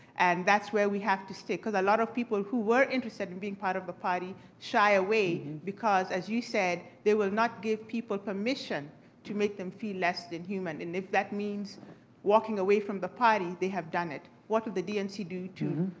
and that's where we have to stick. cause a lot of people who were interested in being part of the party, shy away because, as you said, they will not give people permission to make them feel less than human. and if that means walking away from the party, they have done it, what will the dnc do to,